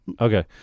Okay